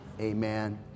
Amen